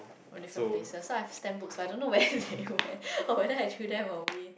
from different places so I have stamp books but I don't know where they went or whether I threw them away